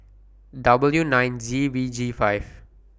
W nine Z V G five